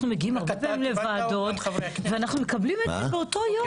אנחנו מגיעים הרבה פעמים לוועדות ומקבלים את זה באותו יום,